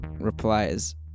replies